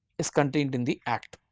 is contained in the act